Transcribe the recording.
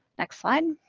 next slide.